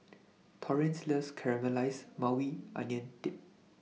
Torrence loves Caramelized Maui Onion Dip